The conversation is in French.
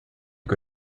que